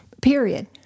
period